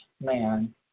man